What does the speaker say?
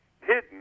hidden